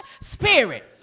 Spirit